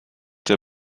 der